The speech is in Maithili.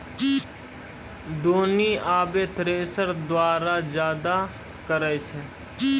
दौनी आबे थ्रेसर द्वारा जादा करै छै